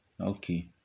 okay